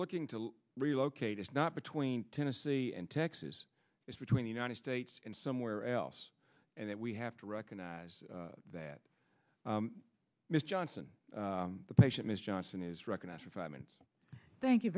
looking to relocate is not between tennessee and texas it's between the united states and somewhere else and that we have to recognize that ms johnson the patient ms johnson is recognized for five minutes thank you